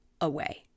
away